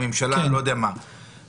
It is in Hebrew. לממשלה או למישהו אחר.